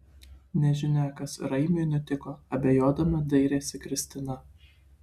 nežinia kas raimiui nutiko abejodama dairėsi kristina